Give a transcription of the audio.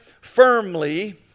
firmly